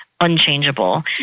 unchangeable